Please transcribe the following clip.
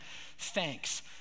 thanks